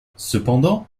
cependant